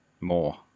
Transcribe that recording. more